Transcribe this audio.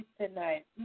tonight